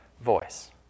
voice